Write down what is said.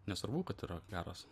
nesvarbu kad yra karas